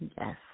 Yes